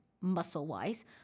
muscle-wise